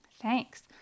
Thanks